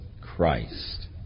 Christ